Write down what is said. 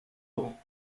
grand